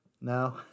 No